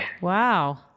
Wow